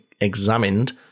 examined